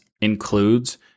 includes